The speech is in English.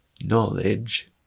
Knowledge